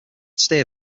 steer